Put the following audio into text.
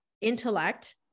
intellect